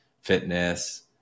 fitness